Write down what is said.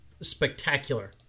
spectacular